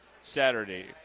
Saturday